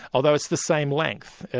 although it's the same length,